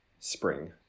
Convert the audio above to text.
Spring